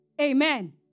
Amen